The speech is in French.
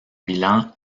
bilan